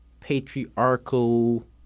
patriarchal